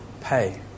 pay